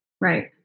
Right